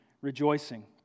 rejoicing